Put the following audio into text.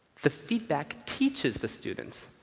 the feedback teaches the students.